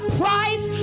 price